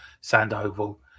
Sandoval